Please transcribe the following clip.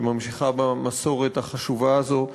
שממשיכה במסורת החשובה הזו,